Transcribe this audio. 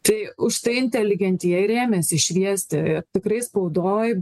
tai užtai inteligentija ir ėmėsi šviesti tikrai spaudoj